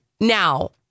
Now